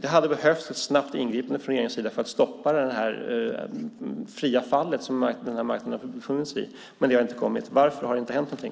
Det hade behövts ett snabbt ingripande från regeringens sida för att stoppa det fria fall som den här marknaden har befunnit sig i. Men det har inte kommit. Varför har det inte hänt någonting?